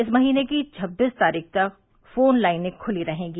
इस महीने की छबीस तारीख तक फोन लाइनें खुली रहेगी